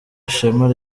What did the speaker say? ishema